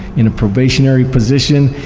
in a probationary position,